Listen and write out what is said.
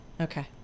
Okay